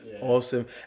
awesome